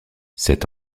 cet